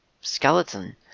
skeleton